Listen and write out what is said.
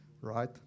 right